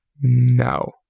No